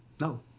No